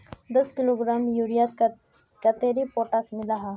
दस किलोग्राम यूरियात कतेरी पोटास मिला हाँ?